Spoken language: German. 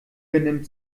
benimmt